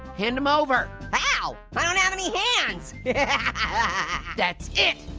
hand em over! how? i don't have any hands. yeah that's it.